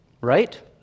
Right